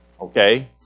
Okay